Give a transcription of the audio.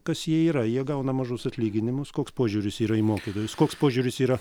kas jie yra jie gauna mažus atlyginimus koks požiūris yra mokytojus koks požiūris yra